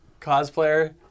cosplayer